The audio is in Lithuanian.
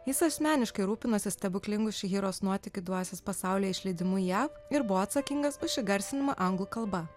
jis asmeniškai rūpinosi stebuklingų šihiros nuotykių dvasios pasaulyje išleidimu jav ir buvo atsakingas už įgarsinimą anglų kalba